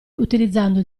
utilizzando